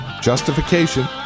justification